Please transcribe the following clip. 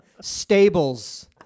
stables